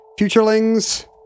Futurelings